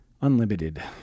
unlimited